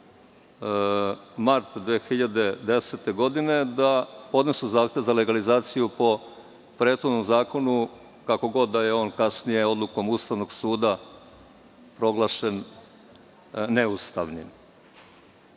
mart 2010. godine, da podnesu zahtev za legalizaciju po prethodnom zakonu, kako god da je on kasnije odlukom Ustavnog suda proglašen neustavnim. Ne